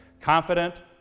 Confident